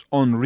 on